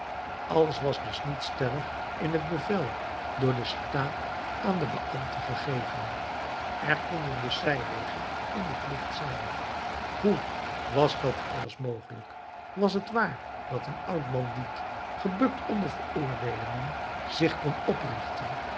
alles was dus niet stellig in het bevel door den staat aan den beambte gegeven er konden dus zijwegen in den plicht zijn hoe was dat alles mogelijk was het waar dat een oud bandiet gebukt onder veroordeelingen zich kon oprichten